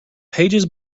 pages